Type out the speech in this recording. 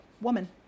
woman